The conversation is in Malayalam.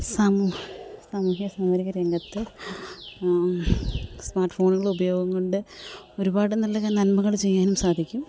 സാമൂഹ്യ സാംസ്കാരിക രംഗത്ത് സ്മാട്ട് ഫോണുകളെ ഉപയോഗം കൊണ്ട് ഒരുപാട് നല്ല നന്മകൾക്ക് ചെയ്യാനും സാധിക്കും